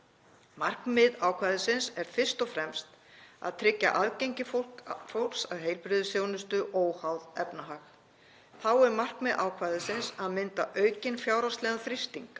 Markmið ákvæðisins er fyrst og fremst að tryggja aðgengi fólks að heilbrigðisþjónustu óháð efnahag. Þá er markmið ákvæðisins að mynda aukinn fjárhagslegan þrýsting